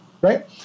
right